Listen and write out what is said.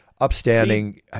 upstanding